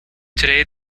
today